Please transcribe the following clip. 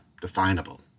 definable